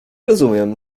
rozumiem